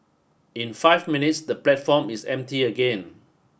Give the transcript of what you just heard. in five minutes the platform is empty again